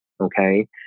okay